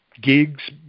gigs